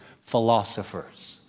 philosophers